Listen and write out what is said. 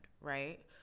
right